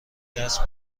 دست